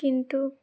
কিন্তু